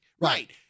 Right